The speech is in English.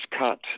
cut